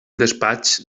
despatx